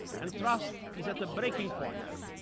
and trust is at a breaking point.